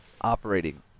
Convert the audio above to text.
operating